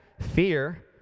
fear